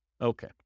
Okay